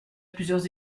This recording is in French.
plusieurs